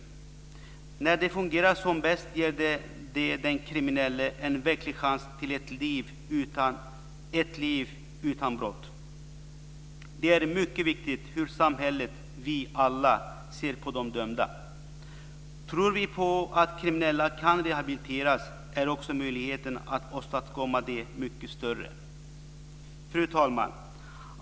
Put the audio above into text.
När kriminalvården fungerar som bäst ger den den kriminella en verklig chans till ett liv utan brott. Det är mycket viktigt hur samhället - vi alla - ser på de dömda. Tror vi på att kriminella kan rehabiliteras är också möjligheten att åstadkomma det mycket större. Fru talman!